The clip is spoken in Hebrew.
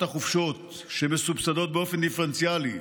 החופשות שמסובסדות באופן דיפרנציאלי,